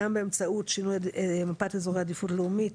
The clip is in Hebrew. גם באמצעות שינוי מפת אזורי עדיפות לאומית